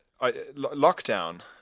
lockdown